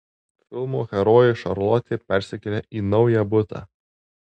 filmo herojė šarlotė persikelia į naują butą